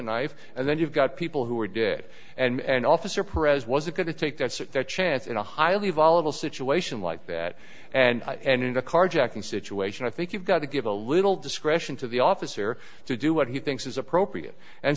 knife and then you've got people who were did and officer prez wasn't going to take that's their chance in a highly volatile situation like that and in a carjacking situation i think you've got to give a little discretion to the officer to do what he thinks is appropriate and